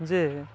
ଯେ